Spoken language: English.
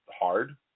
hard